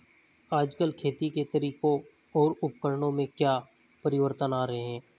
आजकल खेती के तरीकों और उपकरणों में क्या परिवर्तन आ रहें हैं?